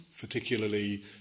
Particularly